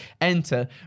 Enter